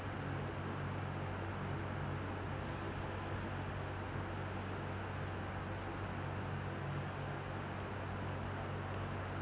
ya